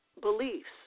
beliefs